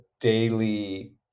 daily